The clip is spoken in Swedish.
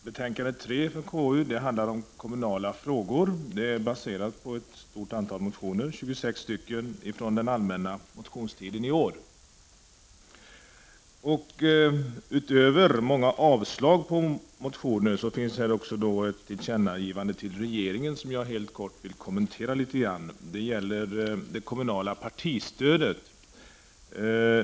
Herr talman! Betänkande 3 från KU handlar om kommunala frågor. Det är baserat på ett stort antal motioner, 26 stycken, från den allmänna motionstiden i år. Utöver många yrkanden om avslag på motioner finns i betänkandet också ett tillkännagivande till regeringen, som jag helt kort vill kommentera. Det gäller det kommunala partistödet.